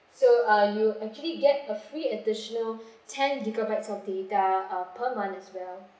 so uh you actually get a free additional ten gigabytes of data uh per month as well